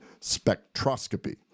spectroscopy